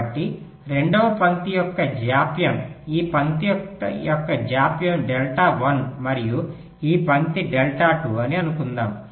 కాబట్టి రెండవ పంక్తి యొక్క జాప్యం ఈ పంక్తి యొక్క జాప్యం డెల్టా 1 మరియు ఈ పంక్తి డెల్టా 2 అని అనుకుందాము